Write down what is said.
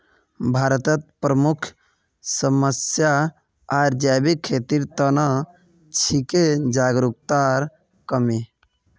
भारतत प्रमुख समस्या आर जैविक खेतीर त न छिके जागरूकतार कमी